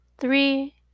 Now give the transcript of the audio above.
Three